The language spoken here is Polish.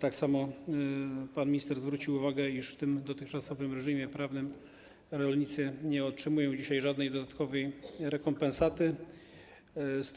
Tak samo pan minister zwrócił uwagę, iż w dotychczasowym reżimie prawnym rolnicy nie otrzymują dzisiaj żadnej dodatkowej rekompensaty z